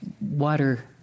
water